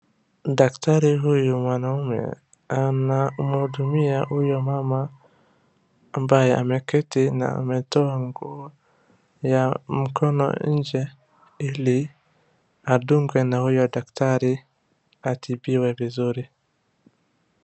Daktari huyu mwanaume anamhudumia huyo mama ambaye ameketi na ametoa nguo ya mkono nje ili adungwe na huyo daktari atibiwe vizuri.